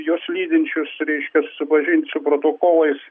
juos lydinčius reiškias susipažint su protokolais